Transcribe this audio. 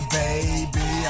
baby